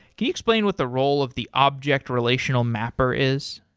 can you explain what the role of the object relational mapper is?